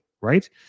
right